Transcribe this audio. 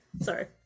Sorry